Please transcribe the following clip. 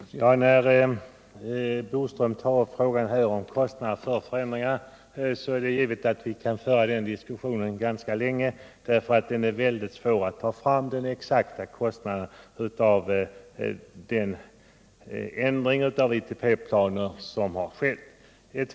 Herr talman! Curt Boström tar upp frågan om kostnader för förändringen. Det är givet att vi kan föra en sådan diskussion ganska länge. Det är nämligen mycket svårt att ta fram den exakta kostnaden för den förändring av ITP planen som skett.